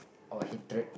or hatred